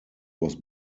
was